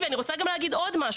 הילה יודעת שאני מכבד אותה מאוד,